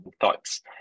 thoughts